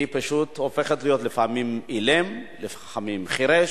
היא פשוט הופכת להיות לפעמים אילם לפעמים חירש.